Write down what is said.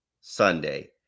Sunday